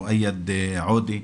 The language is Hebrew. מואיד עודה,